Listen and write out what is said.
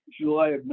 July